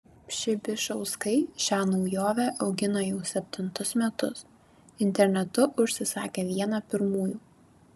pšibišauskai šią naujovę augina jau septintus metus internetu užsisakė vieną pirmųjų